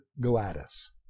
Gladys